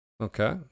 Okay